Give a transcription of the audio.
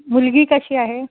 मुलगी कशी आहे